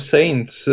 Saints